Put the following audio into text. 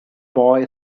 boy